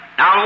Now